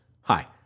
Hi